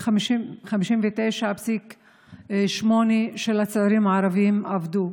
60% 59.8% מהצעירים הערבים עבדו.